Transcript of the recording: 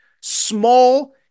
small